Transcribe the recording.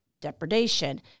depredation